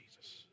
Jesus